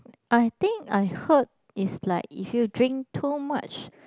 I think I heard is like if you drink too much